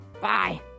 Bye